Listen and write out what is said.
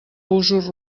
usos